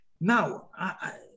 Now